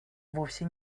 вовсе